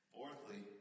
Fourthly